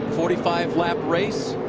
forty five lap race.